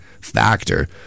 factor